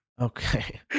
Okay